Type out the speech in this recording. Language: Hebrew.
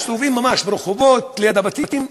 מסתובבים ממש ברחובות, ליד הבתים.